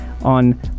on